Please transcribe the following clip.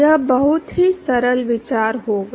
यह बहुत ही सरल विचार होगा